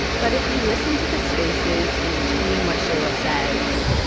but if you listen to the spaces in between what shaila says,